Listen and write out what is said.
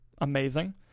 Amazing